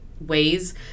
ways